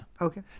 Okay